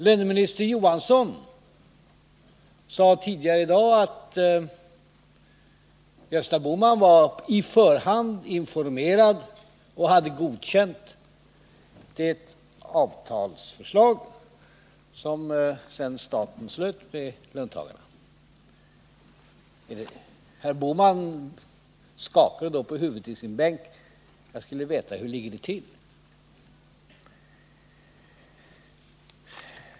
Löneministern Olof Johansson sade att Gösta Bohman på förhand var informerad och hade godkänt det avtalsförslag som staten sedan slöt med löntagarna. Herr Bohman i sin bänk skakade då på huvudet. Jag skulle vilja veta hur det ligger till.